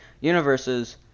universes